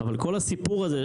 אבל כל הסיפור הזה,